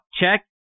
Check